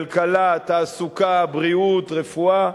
כלכלה, תעסוקה, בריאות, רפואה,